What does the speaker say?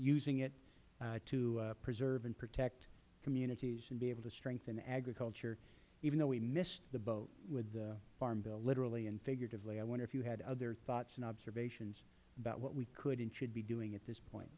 using it to preserve and protect communities and be able to strengthen the agriculture even though we missed the boat with the farm bill literally and figuratively i wonder if you had other thoughts and observations about what we could and should be doing at this point